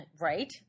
right